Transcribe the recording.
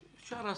אפשר בינינו.